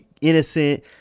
innocent